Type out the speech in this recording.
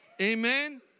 Amen